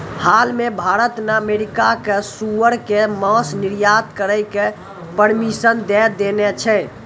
हाल मॅ भारत न अमेरिका कॅ सूअर के मांस निर्यात करै के परमिशन दै देने छै